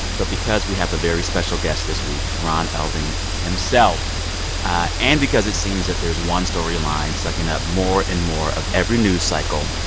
but because we have a very special guest this week, ron elving, himself ah and because it seems that there's one storyline sucking up more and more of every news cycle,